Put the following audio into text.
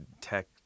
tech